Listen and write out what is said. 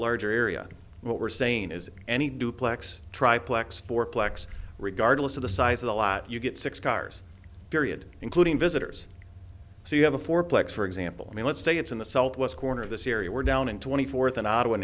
larger area and what we're saying is any duplex try plex fourplex regardless of the size of the lot you get six cars period including visitors so you have a fourplex for example i mean let's say it's in the southwest corner of this area we're down in twenty fourth an odd one